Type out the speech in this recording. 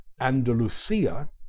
Andalusia